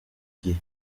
gihe